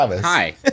Hi